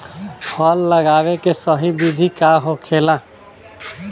फल लगावे के सही विधि का होखेला?